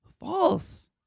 False